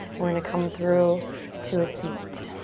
we're gonna come through to a seat.